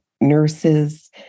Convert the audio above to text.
nurses